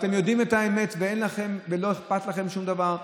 אתם יודעים את האמת, ולא אכפת לכם שום דבר.